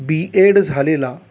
बी Ed झालेला